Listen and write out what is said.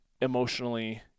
emotionally